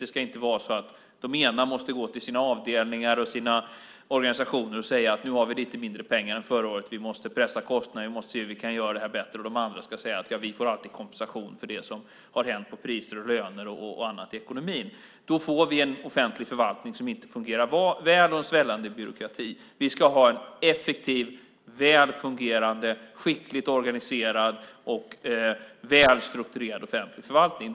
Det ska inte vara så att de på ena sidan måste gå till sina avdelningar och organisationer med lite mindre pengar än förra året och säga: Vi måste pressa kostnaderna och se hur vi kan göra det bättre, medan de på andra sidan kan säga: Vi får alltid kompensation för det som hänt med priser, löner och annat i ekonomin. Om det är så får vi en offentlig förvaltning som inte fungerar väl och en svällande byråkrati. Vi ska ha en effektiv, väl fungerande, skickligt organiserad och väl strukturerad offentlig förvaltning.